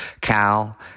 Cal